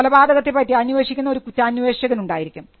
കൊലപാതകത്തെ പറ്റി അന്വേഷിക്കുന്ന ഒരു കുറ്റാന്വേഷകൻ ഉണ്ടായിരിക്കും